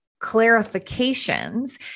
clarifications